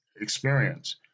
experience